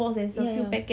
ya ya